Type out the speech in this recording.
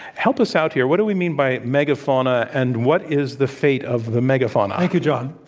help us out here. what do we mean by megafauna, and what is the fate of the megafauna? thank you, john.